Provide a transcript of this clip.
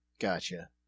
Gotcha